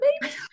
baby